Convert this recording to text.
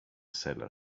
cellar